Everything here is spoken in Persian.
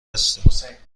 هستیم